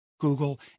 Google